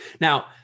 Now